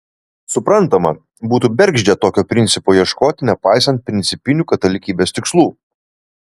suprantama būtų bergždžia tokio principo ieškoti nepaisant principinių katalikybės tikslų